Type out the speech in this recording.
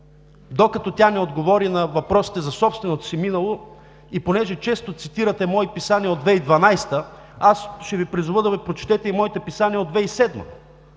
докато тя не отговори на въпросите за собственото си минало. Понеже често цитирате мои писания от 2012 г., аз ще Ви призова да прочетете моите писания и от 2007